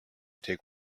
take